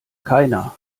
keiner